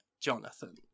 Jonathan